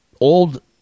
old